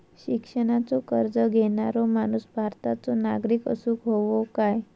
शिक्षणाचो कर्ज घेणारो माणूस भारताचो नागरिक असूक हवो काय?